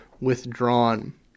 withdrawn